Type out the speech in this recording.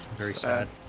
very sad